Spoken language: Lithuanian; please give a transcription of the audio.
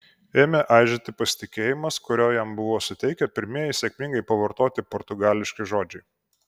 ėmė aižėti pasitikėjimas kurio jam buvo suteikę pirmieji sėkmingai pavartoti portugališki žodžiai